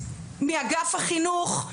מאגף החינוך,